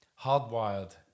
hardwired